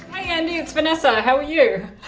andy, it's vanessa! how you?